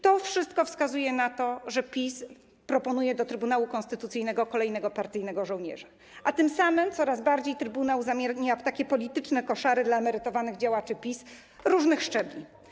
To wszystko wskazuje na to, że PiS proponuje do Trybunału Konstytucyjnego kolejnego partyjnego żołnierza, a tym samym coraz bardziej zamienia trybunał w polityczne koszary dla emerytowanych działaczy PiS z różnych szczebli.